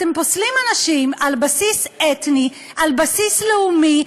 אתם פוסלים אנשים על בסיס אתני, על בסיס לאומי,